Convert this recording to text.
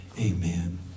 amen